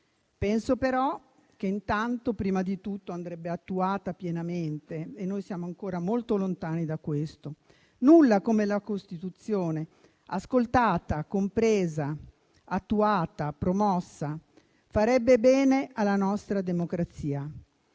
ritengo però che intanto, prima di tutto, andrebbe attuata pienamente e noi siamo ancora molto lontani da questo. Nulla come la Costituzione, ascoltata, compresa, attuata, promossa, farebbe bene alla nostra democrazia.